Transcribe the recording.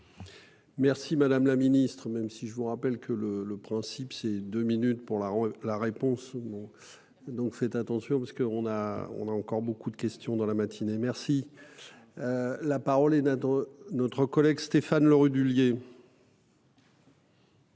Merci, madame la Ministre, même si je vous rappelle que le, le principe c'est deux minutes pour la la réponse. Bon. Donc faites attention parce qu'on a, on a encore beaucoup de questions dans la matinée. Merci. La parole est notre notre collègue Stéphane Le Rudulier.